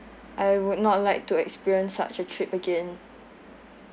I would not like to experience such a trip again